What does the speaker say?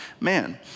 man